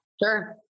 sure